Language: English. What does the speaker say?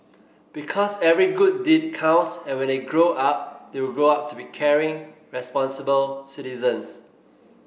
because every good deed counts and when they grow up they will grow up to be caring responsible citizens